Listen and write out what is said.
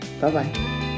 Bye-bye